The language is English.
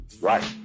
Right